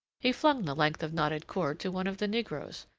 he flung the length of knotted cord to one of the negroes,